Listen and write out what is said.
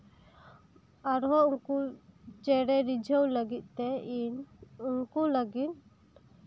ᱟᱨᱦᱚᱸ ᱩᱱᱠᱩ ᱪᱮᱬᱮ ᱨᱤᱡᱷᱟᱹᱣ ᱞᱟᱹᱜᱤᱫ ᱛᱮ ᱤᱧ ᱩᱱᱠᱩ ᱞᱟᱹᱜᱤᱫ